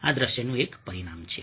આ દ્રશ્યનું એક પરિમાણ છે